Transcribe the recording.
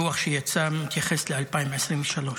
הדוח שיצא מתייחס ל-2023.